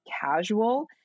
casual